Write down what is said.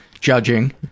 judging